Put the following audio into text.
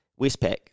Westpac